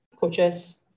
coaches